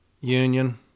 union